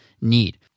need